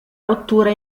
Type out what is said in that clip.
rottura